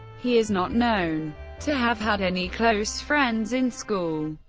he is not known to have had any close friends in school.